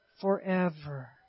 forever